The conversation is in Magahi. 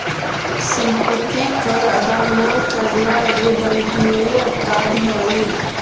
सम्पत्ति कर अदा न कैला एगो दण्डनीय अपराध हई